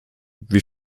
wie